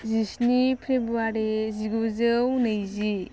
जिस्नि फेब्रुवारी जिगुजौ नैजि